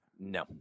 No